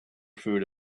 food